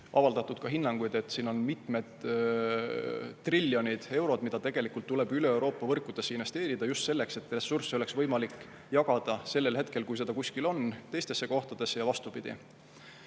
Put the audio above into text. avaldatud ka hinnanguid, et siin on mitmed triljonid eurod, mida tegelikult tuleb üle Euroopa võrkudesse investeerida, just selleks, et ressursse oleks võimalik jagada sellel hetkel, kui neid kuskil on, teistesse kohtadesse ja vastupidi.